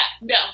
no